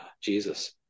Jesus